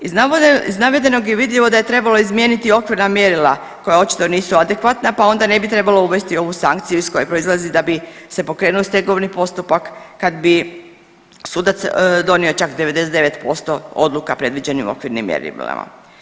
Iz navedenog je vidljivo da je trebalo izmijeniti okvirna mjerila koja očito nisu adekvatna pa onda ne bi trebalo uvesti ovu sankciju iz koje proizlazi da bi se pokrenuo stegovni postupak kad bi sudac donio čak 99% odluka predviđenim okvirnim mjerilima.